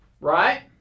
right